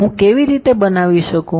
હું કેવી રીતે બનાવી શકું